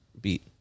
beat